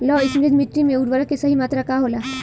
लौह समृद्ध मिट्टी में उर्वरक के सही मात्रा का होला?